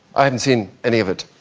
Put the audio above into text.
i haven't seen any of it